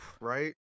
Right